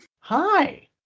hi